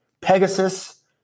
Pegasus